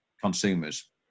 consumers